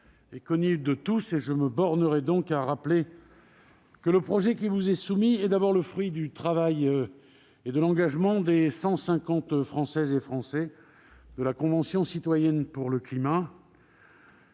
est connue de tous ; je me bornerai donc à rappeler que le projet qui vous est soumis est d'abord le fruit du travail et de l'engagement des 150 Français de la Convention citoyenne pour le climat.